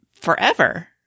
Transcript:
forever